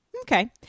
Okay